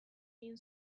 egin